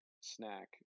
snack